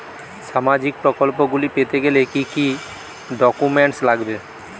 সামাজিক প্রকল্পগুলি পেতে গেলে কি কি ডকুমেন্টস লাগবে?